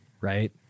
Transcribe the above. right